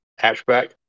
hatchback